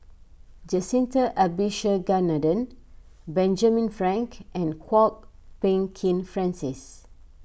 Jacintha Abisheganaden Benjamin Frank and Kwok Peng Kin Francis